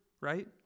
Right